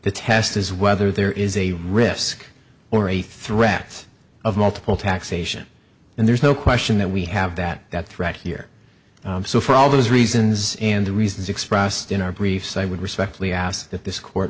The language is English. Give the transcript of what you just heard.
the test is whether there is a risk or a threat of multiple taxation and there's no question that we have that threat here so for all those reasons and the reasons expressed in our briefs i would respectfully ask that this court